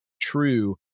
true